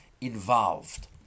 involved